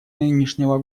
нынешнего